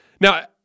Now